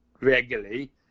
regularly